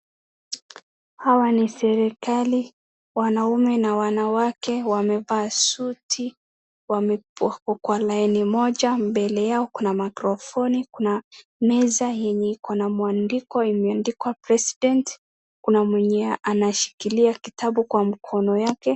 Hawa ni serikali wanaume na wanawake wamevaa suti wako kwa laini moja mbele yao kuna mikrofoni kuna meza yenye iko na mwandiko imeandikwa president kuna mwenye anashikilia kitabu kwa mkono yake.